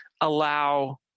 allow